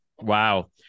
Wow